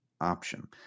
option